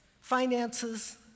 finances